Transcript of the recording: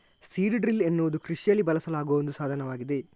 seed drill ಎನ್ನುವುದು ಕೃಷಿಯಲ್ಲಿ ಬಳಸಲಾಗುವ ಒಂದು ಸಾಧನವಾಗಿದೆ